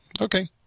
Okay